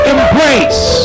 Embrace